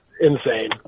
insane